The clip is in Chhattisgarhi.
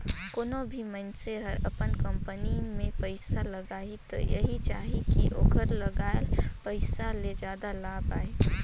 कोनों भी मइनसे हर अपन कंपनी में पइसा लगाही त एहि चाहही कि ओखर लगाल पइसा ले जादा लाभ आये